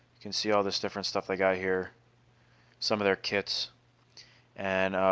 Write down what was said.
can see all this different stuff. they got here some of their kits and